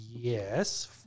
Yes